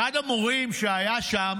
אחד המורים שהיה שם